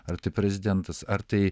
ar tai prezidentas ar tai